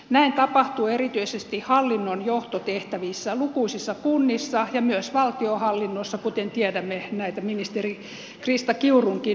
näin tapahtuu erityisesti hallinnon johtotehtävissä lukuisissa kunnissa ja myös valtionhallinnossa kuten tiedämme näitä ministeri krista kiurunkin nimityksiä